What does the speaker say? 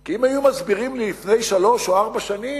כי אם היו מסבירים לי לפני שלוש או ארבע שנים